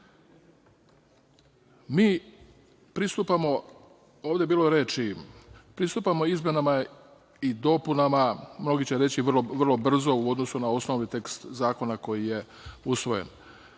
poslanike. Ovde je bilo reči, mi pristupamo izmenama i dopunama, mnogi će reći vrlo brzo u odnosu na osnovni tekst zakona koji je usvojen,